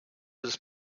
was